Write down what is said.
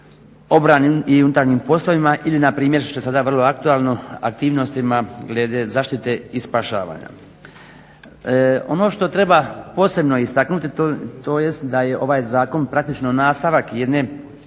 obrani i unutarnjim poslovima ili npr. što je sada vrlo aktualno aktivnostima glede zaštite i spašavanja. Ono što treba posebno istaknuti, to jest da je ovaj zakon praktično nastavak jedne